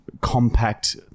compact